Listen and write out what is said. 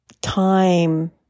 time